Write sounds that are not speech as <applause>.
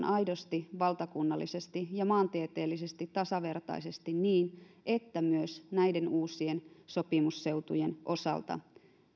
<unintelligible> aidosti valtakunnallisesti ja maantieteellisesti tasavertaisesti niin että myös näiden uusien sopimusseutujen osalta